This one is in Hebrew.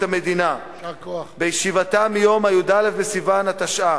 המדינה בישיבתה ביום י"ד בסיוון התשע"א,